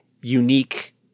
unique